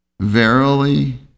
Verily